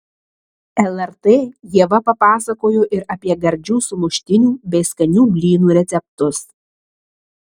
lrt ieva papasakojo ir apie gardžių sumuštinių bei skanių blynų receptus